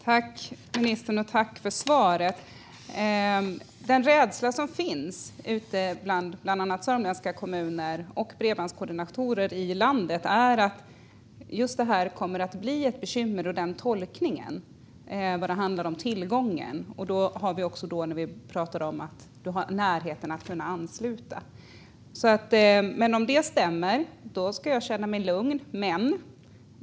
Herr talman! Tack, ministern, för svaret! Den rädsla som finns ute i bland annat sörmländska kommuner och bland bredbandskoordinatorer i landet är att tolkningen kommer att bli ett bekymmer när det handlar om tillgången, och då pratar vi också om närheten att kunna ansluta. Om det som ministern säger stämmer ska jag känna mig lugn.